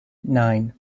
nine